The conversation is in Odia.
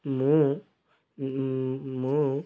ମୁଁ ମୁଁ